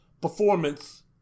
performance